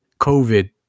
COVID